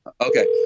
Okay